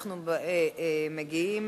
אנחנו מגיעים